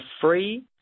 free